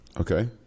Okay